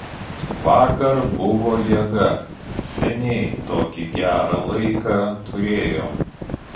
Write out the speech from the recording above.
vakar buvo jėga seniai tokį gerą laiką turėjom